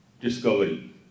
discovery